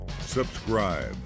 subscribe